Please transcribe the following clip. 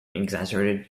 exaggerated